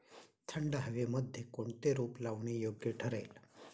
थंड हवेमध्ये कोणते रोप लावणे योग्य ठरेल?